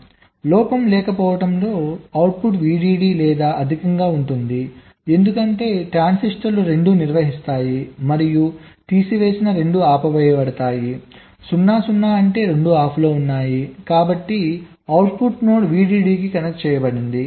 కాబట్టి లోపం లేకపోవడంతో అవుట్పుట్ VDD లేదా అధికంగా ఉంటుంది ఎందుకంటే ట్రాన్సిస్టర్లు రెండూ నిర్వహిస్తాయి మరియు తీసివేసిన రెండూ ఆపివేయబడతాయి 0 0 అంటే రెండూ ఆఫ్లో ఉన్నాయి కాబట్టి అవుట్పుట్ నోడ్ VDD కి కనెక్ట్ చేయబడింది